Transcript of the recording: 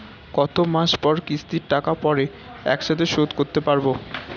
কত মাস পর কিস্তির টাকা পড়ে একসাথে শোধ করতে পারবো?